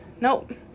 Nope